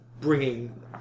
bringing